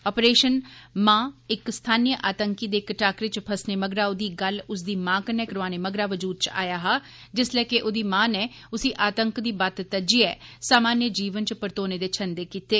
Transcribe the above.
operation 'मा' इक स्थानीय आतंकी दे इक टाकरे च फसने मगरा ओहदी गल्ल उसदी मां कन्नै करोआने मगरा बजूद च आया हा जिस्सलै के आहदी माँ नै उसी आतंक दी वत्त तज्जियै सामान्य जीवन च परतोने दे छंदे कीत्ते